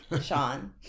Sean